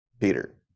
Peter